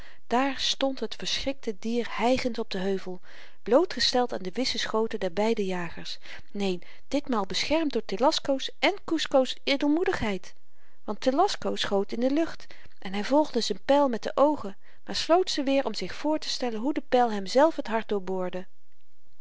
daar stond het verschrikte dier hygend op den heuvel blootgesteld aan de wisse schoten der beide jagers neen ditmaal beschermd door telasco's en kusco's edelmoedigheid want telasco schoot in de lucht en hy volgde z'n pyl met de oogen maar sloot ze weer om zich voortestellen hoe de pyl hemzelf het hart